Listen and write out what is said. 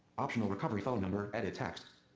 optional recovery phone number edit text.